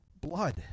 blood